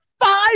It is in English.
five